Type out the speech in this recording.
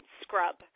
scrub